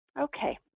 Okay